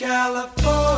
California